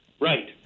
Right